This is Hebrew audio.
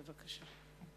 בבקשה.